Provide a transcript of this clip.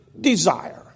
desire